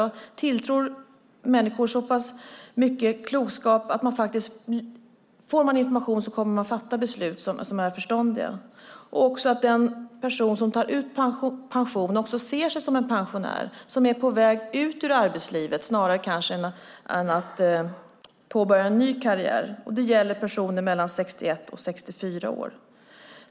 Jag tilltror människor så pass mycken klokskap att får man information så kommer man att fatta beslut som är förståndiga. Den person som tar ut pension ska också se sig som en pensionär, som en person som är på väg ut ur arbetslivet snarare än att påbörja en ny karriär. Det gäller personer i åldern 61-64 år.